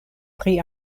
pri